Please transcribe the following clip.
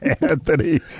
Anthony